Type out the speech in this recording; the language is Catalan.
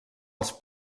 els